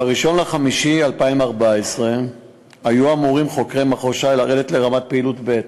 ב-1 במאי 2014 היו אמורים חוקרי מחוז ש"י לרדת לרמת פעילות ב'.